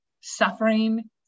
suffering